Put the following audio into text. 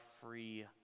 free